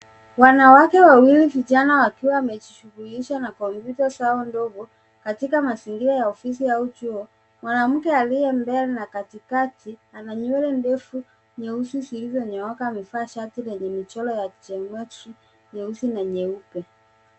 Wanawake wawili vijana wakiwa wanajishughulisha na kompyuta zao ndogo katika mazingira ya ofisi au chuo. Mwanamke aliye mbele na katikati ana nywele ndefu nyeusi zilizonyooka amevaa shati lenye michoro ya nyeusi na nyeupe.